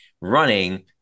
running